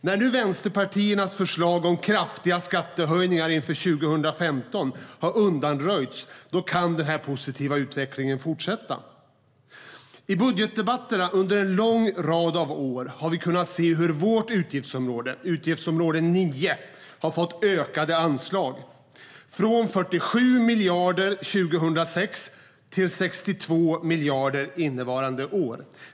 När nu vänsterpartiernas förslag om kraftiga skattehöjningar inför 2015 har undanröjts kan den positiva utvecklingen fortsätta.I budgetdebatterna under en lång rad år har vi kunnat se hur vårt utgiftsområde - utgiftsområde 9 - har fått ökade anslag, från 47 miljarder 2006 till 62 miljarder innevarande år.